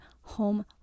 home